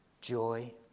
joy